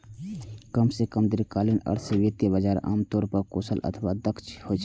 कम सं कम दीर्घकालीन अर्थ मे वित्तीय बाजार आम तौर पर कुशल अथवा दक्ष होइ छै